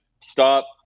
stop